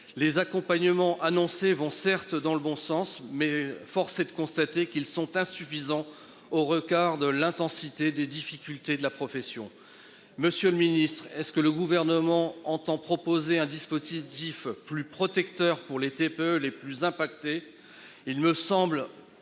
Les accompagnements annoncées vont certes dans le bon sens mais force est de constater qu'ils sont insuffisants au regard de l'intensité des difficultés de la profession, monsieur le ministre, est-ce que le gouvernement entend proposer un dispositif plus protecteur pour les TPE, les plus impactés.